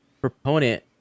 proponent